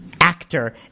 actor